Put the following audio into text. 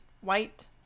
white